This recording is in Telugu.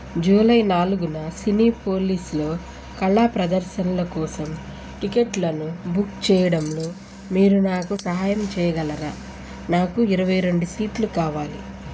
జూలై నాలుగున సినీపోలిస్లో కళా ప్రదర్శనుల కోసం టిక్కెట్లను బుక్ చేయడంలో మీరు నాకు సహాయం చేయగలరా నాకు ఇరవై రెండు సీట్లు కావాలి